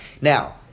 Now